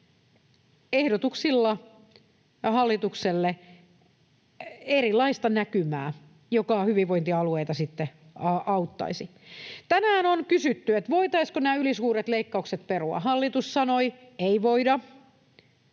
ehdotuksilla hallitukselle erilaista näkymää, joka hyvinvointialueita sitten auttaisi. Tänään on kysytty, voitaisiinko nämä ylisuuret leikkaukset perua. Hallitus sanoi, että ei voida.